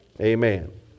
amen